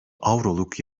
avroluk